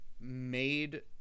made